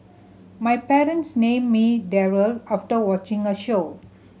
my parents named me Daryl after watching a show